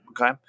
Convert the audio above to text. okay